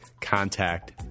contact